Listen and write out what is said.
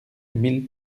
mille